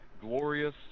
Glorious